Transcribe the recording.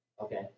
Okay